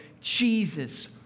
Jesus